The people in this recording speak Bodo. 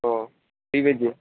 फैगोरदो